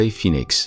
Phoenix